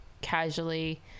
casually